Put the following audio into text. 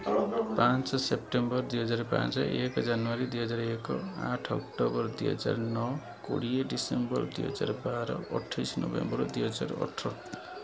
ପାଞ୍ଚ ସେପ୍ଟେମ୍ବର ଦୁଇହଜାର ପାଞ୍ଚ ଏକ ଜାନୁଆରୀ ଦୁଇହଜାର ଏକ ଆଠ ଅକ୍ଟୋବର ଦୁଇହଜାର ନଅ କୋଡ଼ିଏ ଡିସେମ୍ବର ଦୁଇହଜାର ବାର ଅଠେଇଶ ନଭେମ୍ବର ଦୁଇହଜାର ଅଠର